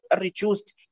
reduced